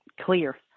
clear